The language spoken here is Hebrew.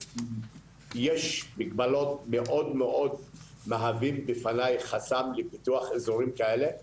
ישנן מגבלות שמאוד מאוד מהווים בפני חסם לפיתוח אזורים כאלה,